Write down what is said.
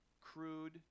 crude